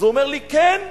אז הוא אומר לי: כן.